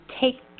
take